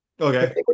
Okay